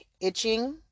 itching